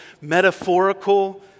metaphorical